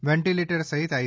ventilator સહિત I